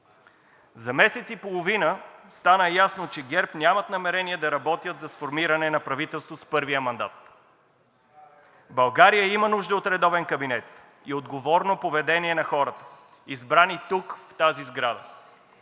За месец и половина стана ясно, че ГЕРБ нямат намерение да работят за сформиране на правителство с първия мандат. България има нужда от редовен кабинет и отговорно поведение на хората, избрани тук в тази сграда.